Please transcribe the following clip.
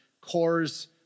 CORE's